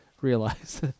realize